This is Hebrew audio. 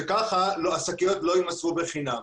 שככה השקיות לא יימסרו בחינם.